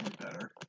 better